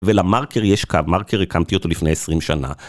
ולמרקר יש קו, מרקר הקמתי אותו לפני 20 שנה.